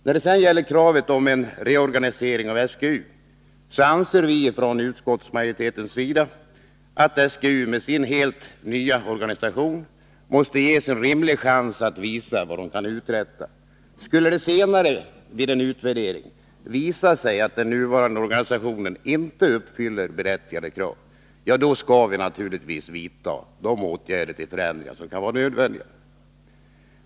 När det sedan gäller kravet på en reorganisering av SGU, anser utskottsmajoriteten att SGU med sin helt nya organisation måste ges en rimlig chans att visa vad man kan uträtta. Skulle det senare vid en utvärdering visa sig att den nuvarande organisationen inte uppfyller berättigade krav — ja, då skall vi naturligtvis vidta de åtgärder och genomföra de förändringar som kan vara nödvändiga.